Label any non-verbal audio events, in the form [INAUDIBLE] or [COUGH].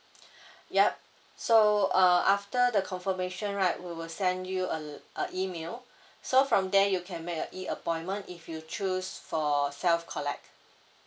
[BREATH] yup so uh after the confirmation right we will send you a le~ uh email [BREATH] so from there you can make a E appointment if you choose for self collect